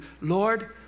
Lord